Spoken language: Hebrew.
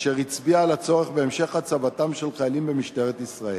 אשר הצביע על הצורך בהמשך הצבתם של חיילים במשטרת ישראל.